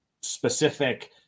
specific